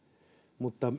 mutta